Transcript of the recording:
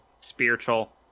spiritual